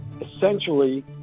essentially